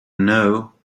know